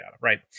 Right